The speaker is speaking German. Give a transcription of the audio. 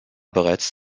bereits